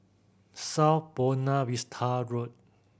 South Buona Vista Road